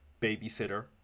babysitter